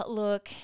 look